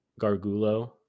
Gargulo